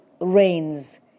rains